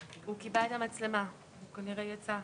הוא מבקש,